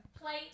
Plate